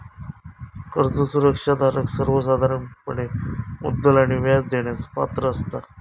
कर्ज सुरक्षा धारक सर्वोसाधारणपणे मुद्दल आणि व्याज देण्यास पात्र असता